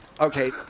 Okay